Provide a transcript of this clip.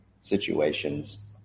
situations